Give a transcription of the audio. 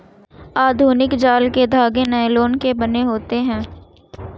आधुनिक जाल के धागे नायलोन के बने होते हैं